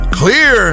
clear